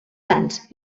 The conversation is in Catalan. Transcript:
sants